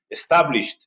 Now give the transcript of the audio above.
established